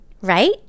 right